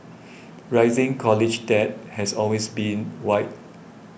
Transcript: rising college debt has always been wide